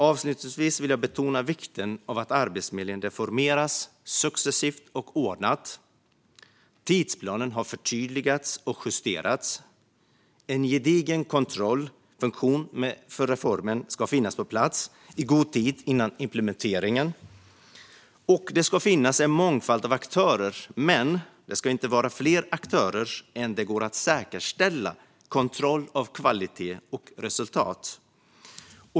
Avslutningsvis vill jag betona vikten av att Arbetsförmedlingen reformeras successivt och ordnat. Tidsplanen har förtydligats och justerats. En gedigen kontrollfunktion för reformen ska finnas på plats i god tid före implementeringen. Och det ska finnas en mångfald av aktörer, men det ska inte vara fler aktörer än att det går att säkerställa kontroll av kvalitet och resultat.